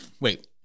Wait